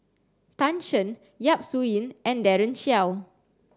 Tan Shen Yap Su Yin and Daren Shiau